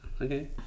Okay